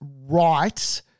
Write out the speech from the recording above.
right